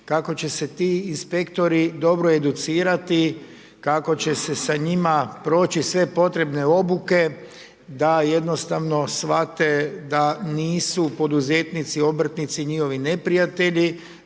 kako će se ti inspektori dobro educirati, kako će se sa njima proći sve potrebne obuke da jednostavne shvate da nisu poduzetnici, obrtnici njihovi neprijatelji,